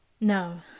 No